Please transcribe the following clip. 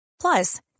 Plus